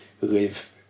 live